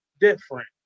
different